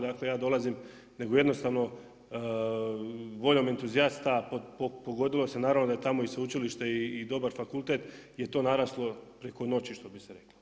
Dakle, ja dolazim, nego jednostavno, voljom entuzijasta, pogodilo se naravno, da je tamo i sveučilište i dobar fakultet je to naraslo preko noći što bi se reklo.